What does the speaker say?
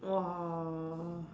!wah!